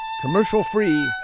Commercial-free